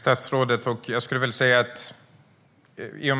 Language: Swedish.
Herr talman! Tack statsrådet!